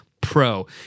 pro